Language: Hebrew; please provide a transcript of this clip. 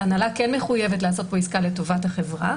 ההנהלה כן מחויבת לעשות פה עסקה לטובת החברה.